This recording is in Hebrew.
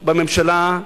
בממשלה,